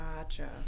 Gotcha